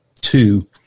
two